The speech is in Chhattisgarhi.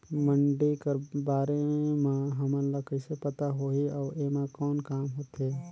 मंडी कर बारे म हमन ला कइसे पता होही अउ एमा कौन काम होथे?